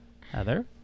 Heather